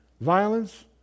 violence